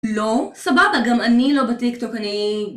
לא? סבבה, גם אני לא טיקטוק אני...